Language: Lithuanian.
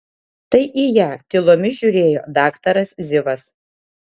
tai į ją tylomis žiūrėjo daktaras zivas